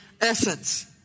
essence